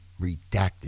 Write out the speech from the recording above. Redacted